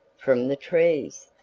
from the trees,